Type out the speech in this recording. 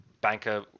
banker